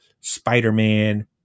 Spider-Man